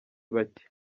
bake